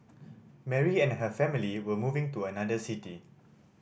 Mary and her family were moving to another city